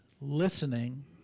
listening